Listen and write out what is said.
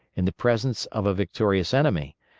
in the presence of a victorious enemy,